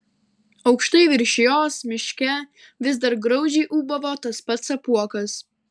aukštai virš jos miške vis dar graudžiai ūbavo tas pats apuokas